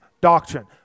doctrine